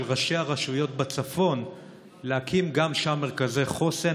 ראשי הרשויות בצפון להקים גם שם מרכזי חוסן.